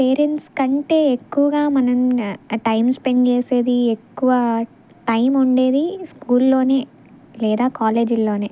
parents కంటే ఎక్కువగా మనం టైమ్ స్పెండ్ చేసేది ఎక్కువ టైమ్ ఉండేది స్కూల్లోనే లేదా కాలేజీల్లోనే